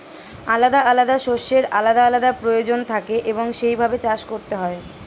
আলাদা আলাদা শস্যের আলাদা আলাদা প্রয়োজন থাকে এবং সেই ভাবে চাষ করতে হয়